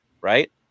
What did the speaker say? right